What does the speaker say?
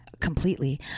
completely